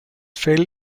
fell